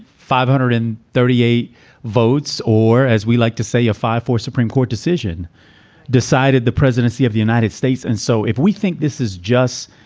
five hundred and thirty eight votes, or as we like to say, a five four supreme court decision decided the presidency of the united states. and so if we think this is just,